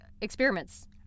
Experiments